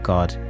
God